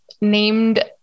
named